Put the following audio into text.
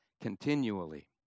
continually